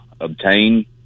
obtain